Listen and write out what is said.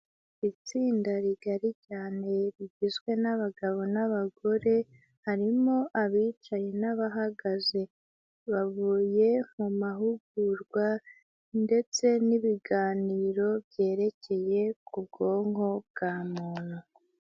Itsinda rigari cyane rigizwe n'abagabo n'abagore, harimo abicaye n'abahagaze, bavuye mu mahugurwa ndetse n'ibiganiro byerekeye ku bwonko bwa muntu.